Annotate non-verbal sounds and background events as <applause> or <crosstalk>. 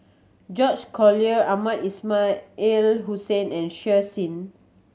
George Collyer Mohamed Ismail <unintelligible> Hussain and Shen Xi